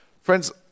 Friends